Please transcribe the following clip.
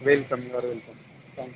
welcome you are welcome thank